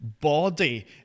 body